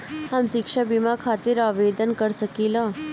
हम शिक्षा बीमा खातिर आवेदन कर सकिला?